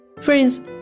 friends